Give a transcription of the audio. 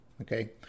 okay